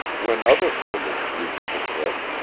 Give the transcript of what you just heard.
when other pilgrims reached the cliff,